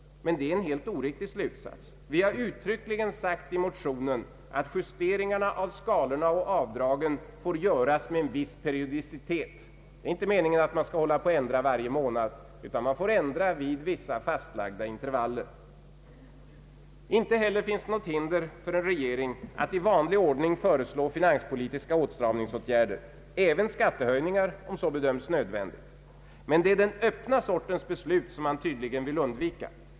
Detta är en helt oriktig slutsats. Vi har uttryckligen sagt i motionen att justeringarna av skalorna och avdragen får göras med en viss periodicitet. Det är inte meningen att man skall ändra varje månad, utan justeringarna av skalorna och avdragen får göras med en viss periodicitet. Inte heller finns Ang. en reform av beskattningen, m.m. det något hinder för en regering att i vanlig ordning föreslå finanspolitiska åtstramningsåtgärder — även skattehöjningar om så bedöms nödvändigt. Men det är den sortens öppna beslut som man tydligen vill undvika.